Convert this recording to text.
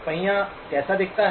पहिया कैसा दिखता है